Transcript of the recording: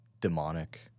demonic